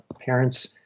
parents